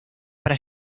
para